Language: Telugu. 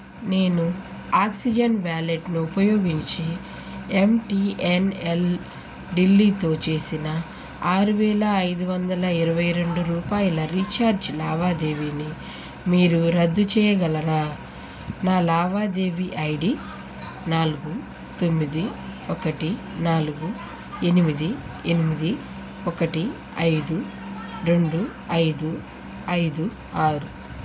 నేను ఆక్సిజెన్ వాలెట్నుపయోగించి ఎంటీఎన్ఎల్ ఢిల్లీతో చేసిన ఆరువేల ఐదు వందల ఇరువై రెండు రూపాయల రీఛార్జ్ లావాదేవీని మీరు రద్దు చేయగలరా నా లావాదేవీ ఐడి నాలుగు తొమ్మిది ఒకటి నాలుగు ఎనిమిది ఎనిమిది ఒకటి ఐదు రెండు ఐదు ఐదు ఆరు